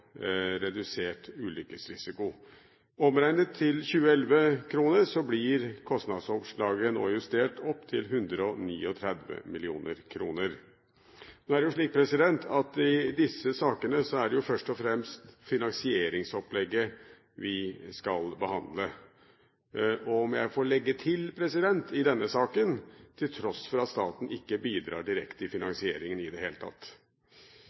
redusert ulykkesrisiko. Omregnet til 2011-kroner blir kostnadsoverslaget nå justert opp til 139 mill. kr. Nå er det slik at i disse sakene er det først og fremst finansieringsopplegget vi skal behandle, og – om jeg får legge til – i denne saken til tross for at staten ikke bidrar direkte i finansieringen i det hele tatt.